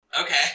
Okay